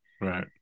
Right